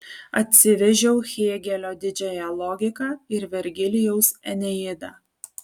atsivežiau hėgelio didžiąją logiką ir vergilijaus eneidą